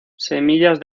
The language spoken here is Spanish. semillas